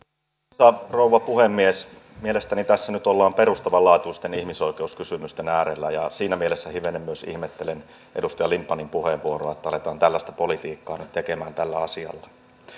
arvoisa rouva puhemies mielestäni tässä nyt ollaan perustavanlaatuisten ihmisoikeuskysymysten äärellä siinä mielessä hivenen myös ihmettelen edustaja lindtmanin puheenvuoroa että aletaan tällaista politiikkaa nyt tekemään tällä asialla